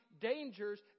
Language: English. dangers